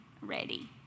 ready